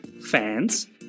fans